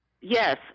Yes